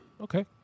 Okay